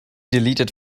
deleted